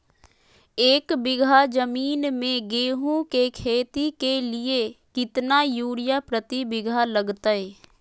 एक बिघा जमीन में गेहूं के खेती के लिए कितना यूरिया प्रति बीघा लगतय?